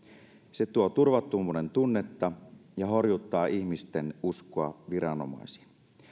se tuo turvattomuuden tunnetta ja horjuttaa ihmisten uskoa viranomaisiin